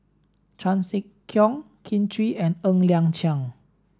Chan Sek Keong Kin Chui and Ng Liang Chiang